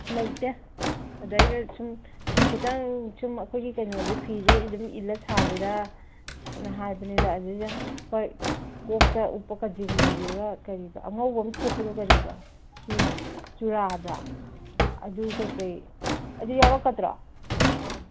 ꯂꯩꯇꯦ ꯑꯗꯩꯗ ꯁꯨꯝ ꯐꯤ ꯈꯛꯇꯪ ꯁꯨꯝ ꯑꯩꯈꯣꯏꯒꯤ ꯀꯩꯅꯣꯁꯦ ꯐꯤꯁꯦ ꯑꯗꯨꯝ ꯏꯜꯂ ꯁꯥꯖꯤꯔꯥꯅ ꯍꯥꯏꯕꯅꯤꯗ ꯑꯗꯨꯏꯗ ꯍꯣꯏ ꯀꯣꯛꯇ ꯎꯞꯄ ꯀꯖꯦꯡꯂꯩꯗꯨꯒ ꯀꯔꯤꯕ ꯑꯉꯧꯕ ꯑꯃ ꯊꯦꯠꯄꯗꯣ ꯀꯔꯤꯕ ꯆꯨꯔꯥ ꯍꯥꯏꯕ꯭ꯔꯥ ꯑꯗꯨ ꯀꯩ ꯀꯩ ꯑꯗꯨ ꯌꯥꯎꯔꯛꯀꯗ꯭ꯔꯣ ꯑꯥ